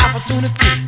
Opportunity